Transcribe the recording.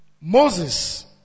Moses